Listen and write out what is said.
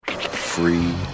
Free